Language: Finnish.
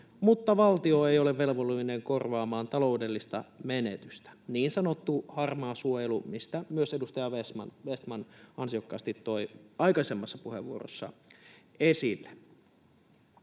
mutta valtio ei ole velvollinen korvaamaan taloudellista menetystä — niin sanottu harmaa suojelu, minkä myös edustaja Vestman ansiokkaasti toi aikaisemmassa puheenvuorossa esille.